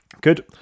good